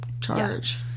charge